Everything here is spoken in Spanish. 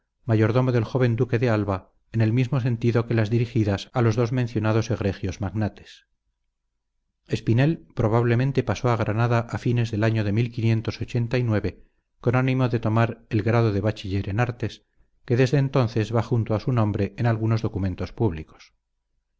mayordomo del joven duque de alba en el mismo sentido que las dirigidas a los dos mencionados egregios magnates espinel probablemente pasó a granada a fines del año de con ánimo de tomar el grado de bachiller en artes que desde entonces va junto a su nombre en algunos documentos públicos